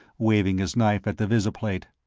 waving his knife at the visiplate.